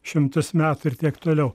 šimtus metų ir tiek toliau